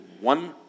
one